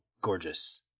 gorgeous